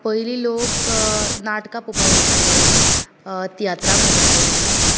पयली लोक नाटकां पोवपाक वयताले तियात्रांक वयताले